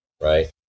right